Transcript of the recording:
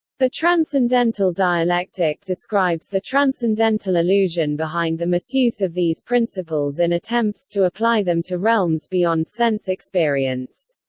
the transcendental dialectic describes the transcendental illusion behind the misuse of these principles in attempts to apply them to realms beyond sense experience.